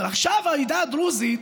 אבל עכשיו העדה הדרוזית,